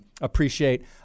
appreciate